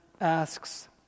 asks